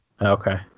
Okay